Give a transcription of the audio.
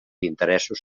interessos